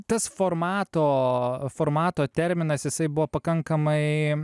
tas formato formato terminas jisai buvo pakankamai